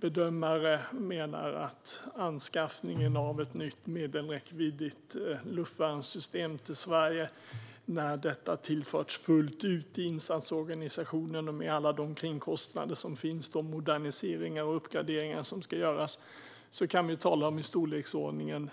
Bedömare menar att anskaffningen av ett nytt medelräckviddigt luftvärnssystem till Sverige, när det tillförts insatsorganisationen fullt ut och med alla de kringkostnader som finns och de moderniseringar och uppgraderingar som ska göras, innebär